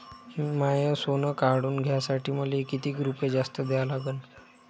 माय सोनं काढून घ्यासाठी मले कितीक रुपये जास्त द्या लागन?